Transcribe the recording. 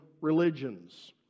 religions